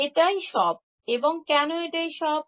এটাই সব এবং কেন এটাই সব